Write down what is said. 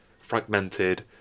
fragmented